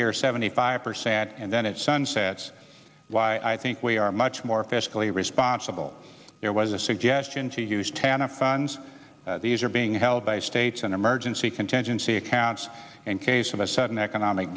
year seventy five percent and then it sunsets i think we are much more fiscally responsible there was a suggestion to use tanna funds these are being held by states and emergency contingency accounts in case of a sudden economic